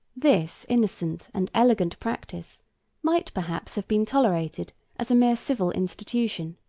this innocent and elegant practice might perhaps have been tolerated as a mere civil institution.